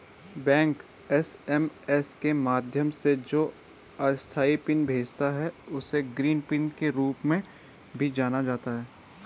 bank SMS के माध्यम से जो अस्थायी पिन भेजता है, उसे ग्रीन पिन के रूप में भी जाना जाता है